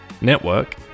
network